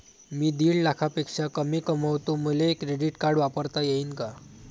मी दीड लाखापेक्षा कमी कमवतो, मले क्रेडिट कार्ड वापरता येईन का?